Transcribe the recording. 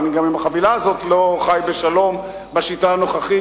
ואני גם עם החבילה הזאת לא חי בשלום בשיטה הנוכחית,